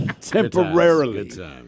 temporarily